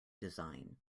design